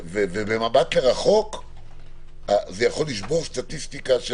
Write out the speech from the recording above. במבט לרחוק זה יכול לשבור סטטיסטיקה של